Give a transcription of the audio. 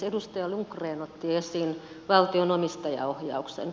edustaja rundgren otti esiin valtion omistajaohjauksen